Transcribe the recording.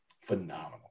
phenomenal